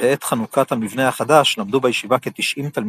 בעת חנוכת המבנה החדש למדו בישיבה כתשעים תלמידים,